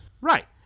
Right